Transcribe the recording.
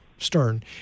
Stern